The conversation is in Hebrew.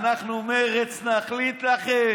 אנחנו, מרצ, נחליט לכם,